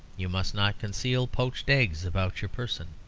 you must not conceal poached eggs about your person.